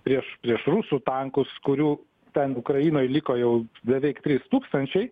prieš prieš rusų tankus kurių ten ukrainoj liko jau beveik trys tūkstančiai